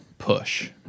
push